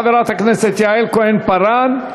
חברת הכנסת יעל כהן-פארן.